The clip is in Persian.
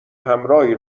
همراهی